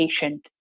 patient